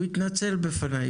והוא התנצל בפני,